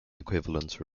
equivalence